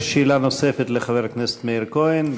יש שאלה נוספת לחבר הכנסת מאיר כהן.